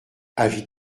avis